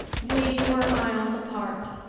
we were miles apart.